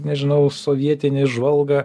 nežinau sovietinį žvalgą